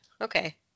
Okay